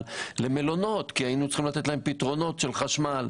והעברנו אותם למלונות כי היינו צריכים לתת להם פתרונות של חשמל.